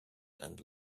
and